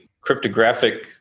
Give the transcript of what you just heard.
cryptographic